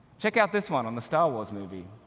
check out this one on the star wars movie.